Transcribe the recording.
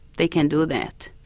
they can do that.